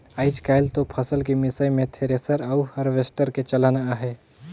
आयज कायल तो फसल के मिसई मे थेरेसर अउ हारवेस्टर के चलन हे